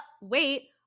wait